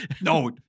No